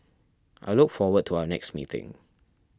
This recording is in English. i look forward to our next meeting